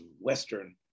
Western